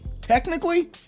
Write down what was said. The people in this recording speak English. technically